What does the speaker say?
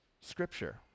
scripture